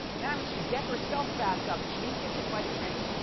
managed to get herself back up. she didn't get hit by the train,